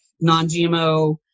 non-GMO